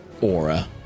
aura